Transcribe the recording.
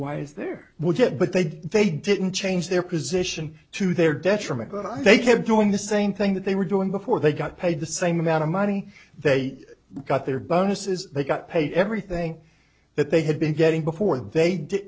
why is there would have but they did they didn't change their position to their detriment but i think i'm doing the same thing that they were doing before they got paid the same amount of money they got their bonuses they got paid everything that they had been getting before they did